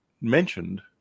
mentioned